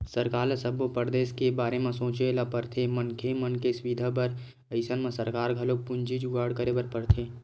सरकार ल सब्बो परदेस के बारे म सोचे ल परथे मनखे मन के सुबिधा बर अइसन म सरकार ल घलोक पूंजी जुगाड़ करे बर परथे